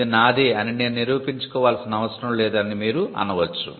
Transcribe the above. ఇది నాదే అని నేను నిరూపించుకోవాల్సిన అవసరం లేదు అని మీరు అనవచ్చు